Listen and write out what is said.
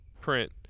print